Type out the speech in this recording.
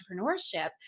entrepreneurship